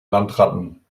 landratten